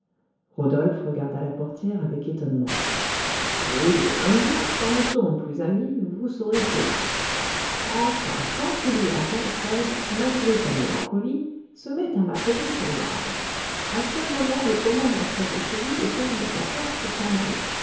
rodolphe regarda la portière avec étonnement oui un jour quand nous serons plus amis vous saurez cela enfin tant il y a qu'alfred malgré sa mélancolie se met à m'appeler son ange à ce moment le commandant sort de chez lui et ferme sa porte pour s'en aller